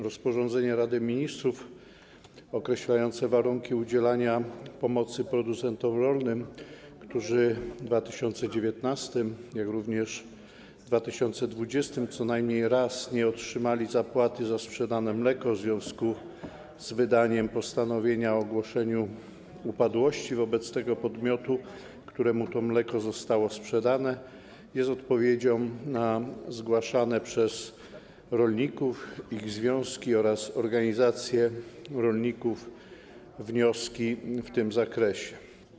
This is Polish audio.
Rozporządzenie Rady Ministrów określające warunki udzielania pomocy producentom rolnym, którzy zarówno w 2019 r., jak i w 2020 r. co najmniej raz nie otrzymali zapłaty za sprzedane mleko w związku z wydaniem postanowienia o ogłoszeniu upadłości wobec tego podmiotu, któremu to mleko zostało sprzedane, jest odpowiedzią na zgłaszane przez rolników, ich związki oraz organizacje rolników wnioski w tym zakresie.